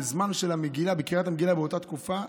בזמן של קריאת המגילה באותה תקופה,